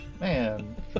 Man